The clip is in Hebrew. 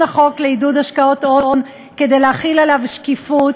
החוק לעידוד השקעות הון כדי להחיל עליו שקיפות.